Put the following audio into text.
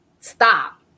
stop